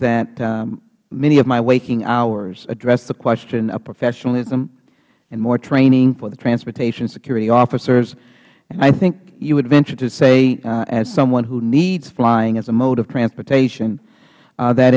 that many of my waking hours address the question of professionalism and more training for the transportation security officers and i think you would venture to say as someone who needs flying as a mode of transportation that